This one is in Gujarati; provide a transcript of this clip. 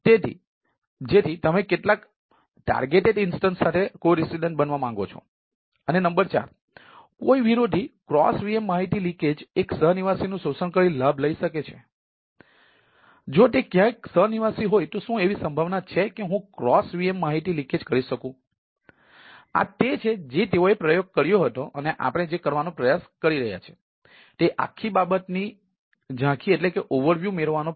તેથી તમે એમેઝોન ઇસી2 છે વગેરે વગેરે